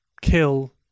kill